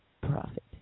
profit